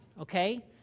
Okay